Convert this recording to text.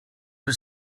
was